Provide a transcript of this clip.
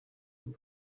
ati